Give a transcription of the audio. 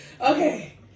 Okay